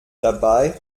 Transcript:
dabei